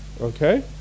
Okay